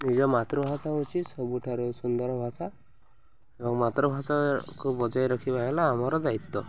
ନିଜ ମାତୃଭାଷା ହେଉଛି ସବୁଠାରୁ ସୁନ୍ଦର ଭାଷା ଏବଂ ମାତୃଭାଷାକୁ ବଜାଇ ରଖିବା ହେଲା ଆମର ଦାୟିତ୍ୱ